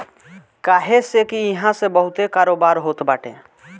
काहे से की इहा से बहुते कारोबार होत बाटे